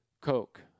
Coke